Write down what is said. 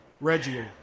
Reggie